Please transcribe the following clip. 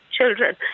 children